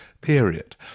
period